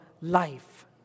life